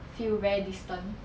feel very distant